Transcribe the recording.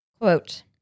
Quote